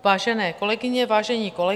Vážené kolegyně, vážení kolegové.